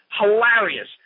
Hilarious